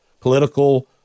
political